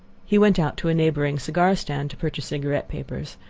he went out to a neighboring cigar stand to purchase cigarette papers,